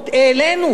העלינו,